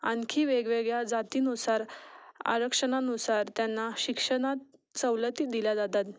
आणखी वेगवेगळ्या जातीनुसार आरक्षणानुसार त्यांना शिक्षणात सवलती दिल्या जातात